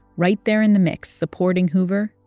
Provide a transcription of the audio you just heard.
right there in the mix supporting hoover,